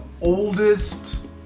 oldest